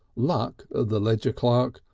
luck, the ledger clerk,